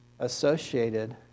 Associated